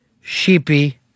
sheepy